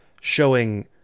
showing